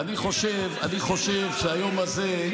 אני חושב שהיום הזה,